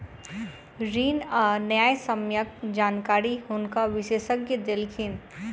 ऋण आ न्यायसम्यक जानकारी हुनका विशेषज्ञ देलखिन